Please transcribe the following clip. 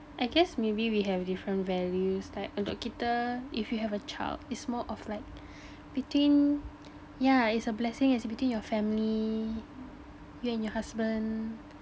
I guess maybe we have different values like untuk kita if you have a child is more of like between yeah it's a blessing it's between your family you and your husband